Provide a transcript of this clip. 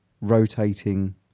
rotating